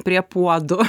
prie puodų